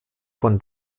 von